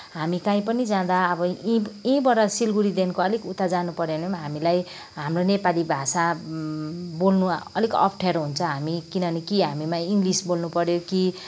हामी कहीँ पनि जाँदा अब यहीँ यहीँबाट सिलगढीदेखि अलिक उता जानुपऱ्यो भने पनि हामीलाई हाम्रो नेपाली भाषा बोल्नु अलिक अप्ठ्यारो हुन्छ हामी किनभने कि हामीमा इङ्गलिस बोल्नुपऱ्यो कि